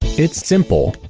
it's simple.